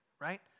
right